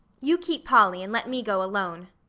you keep polly, and let me go alone.